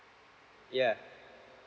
yeah